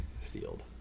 sealed